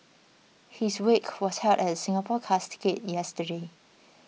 his wake was held at the Singapore Casket yesterday